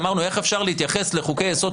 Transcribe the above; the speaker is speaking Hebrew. אמרנו: איך אפשר להתייחס לחוקי היסוד,